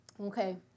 okay